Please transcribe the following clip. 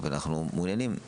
ואנחנו מעוניינים.